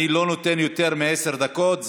אני לא נותן יותר מעשר דקות.